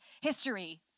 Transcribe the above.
history